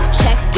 check